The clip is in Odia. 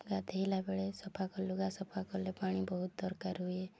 ଗାଧେଇଲା ବେଳେ ସଫା କଲୁ ଲୁଗା ସଫା କଲେ ପାଣି ବହୁତ ଦରକାର ହୁଏ